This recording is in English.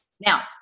Now